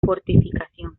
fortificación